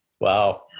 Wow